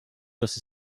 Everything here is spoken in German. dass